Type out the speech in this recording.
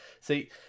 See